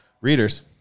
readers